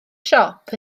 siop